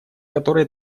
которой